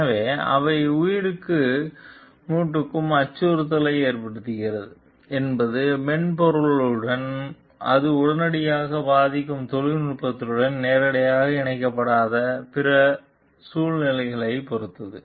எனவே அவை உயிருக்கும் மூட்டுக்கும் அச்சுறுத்தலை ஏற்படுத்துகிறதா என்பது மென்பொருளுடனும் அது உடனடியாகப் பாதிக்கும் தொழில்நுட்பத்துடனும் நேரடியாக இணைக்கப்படாத பிற சூழ்நிலைகளைப் பொறுத்தது